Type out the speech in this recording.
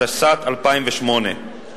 התשס"ט 2008, דהיינו,